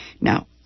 Now